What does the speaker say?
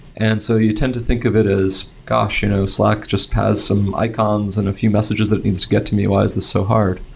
and so you tend to think of it as, gosh! you know slack just has some icons and a few messages that needs to get to me. why is this so hard?